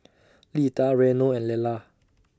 Lida Reno and Lelar